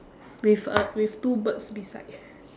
with a with two birds beside